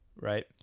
Right